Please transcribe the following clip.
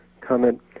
comment